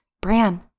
Bran